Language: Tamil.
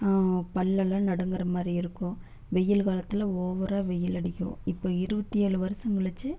பல்லெல்லாம் நடுங்குற மாதிரி இருக்கும் வெயில் காலத்தில் ஓவராக வெயில் அடிக்கும் இப்போ இருபத்தி ஏழு வருஷம் கழிச்சு